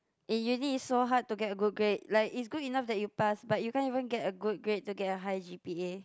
and uni is so hard to get a good grade like is good enough that you pass but you can't even get a good grade to get a high G_P_A